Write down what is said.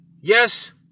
Yes